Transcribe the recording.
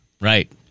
Right